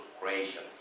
creation